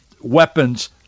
weapons